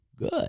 Good